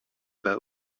pas